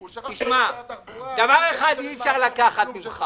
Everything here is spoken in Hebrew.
הוא שכח שהוא היה שר התחבורה --- דבר אחד אי אפשר לקחת ממך,